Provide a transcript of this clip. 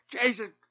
Jason